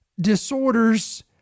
disorders